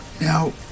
Now